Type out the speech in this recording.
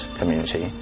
community